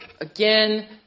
again